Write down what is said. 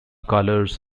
colours